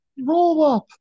roll-up